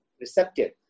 receptive